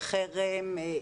חרם,